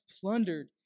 plundered